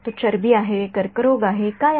तो चरबी आहे कर्करोग आहे काय आहे